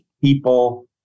people